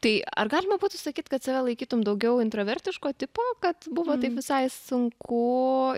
tai ar galima būtų sakyt kad save laikytum daugiau intravertiško tipo kad buvo taip visai sunku